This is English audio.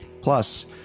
Plus